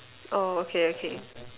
oh okay okay